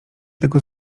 tego